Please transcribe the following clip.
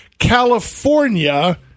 California